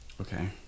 Okay